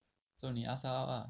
so 你 ask her out lah